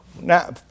now